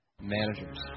Managers